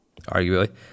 arguably